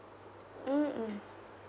mm mm